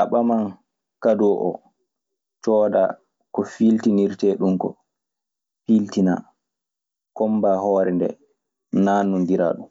A ɓaman kadoo o coodaa ko fiiltinirtee ɗun. ko piiltinaa kombaa hoore ndee naannondiraa ɗun.